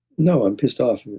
no. i'm pissed off.